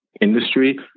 industry